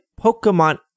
Pokemon